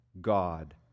God